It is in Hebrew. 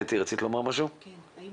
האם